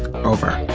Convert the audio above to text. over.